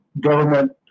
government